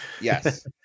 Yes